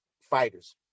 fighters